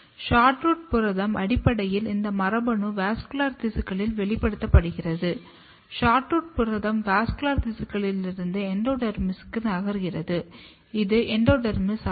SHORTROOT புரதம் அடிப்படையில் இந்த மரபணு வாஸ்குலர் திசுக்களில் வெளிப்படுத்தப்படுகிறது SHORTROOT புரதம் வாஸ்குலர் திசுக்களிலிருந்து எண்டோடெர்மிஸுக்கு நகர்கிறது இது எண்டோடெர்மிஸ் ஆகும்